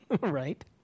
Right